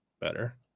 Better